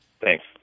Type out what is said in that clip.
Thanks